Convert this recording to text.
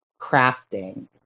crafting